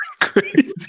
Crazy